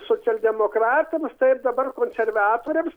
socialdemokratams taip dabar konservatoriams